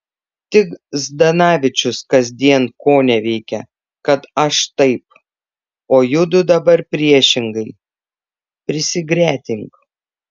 tik zdanavičius kasdien koneveikia kad aš taip o judu dabar priešingai prisigretink